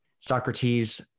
Socrates